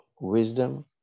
wisdom